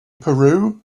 peru